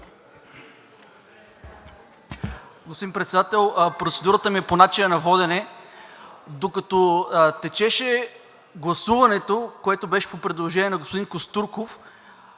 Господин Председател, процедурата ми е по начина на водене. Докато течеше гласуването, което беше по предложение на господин Костурков,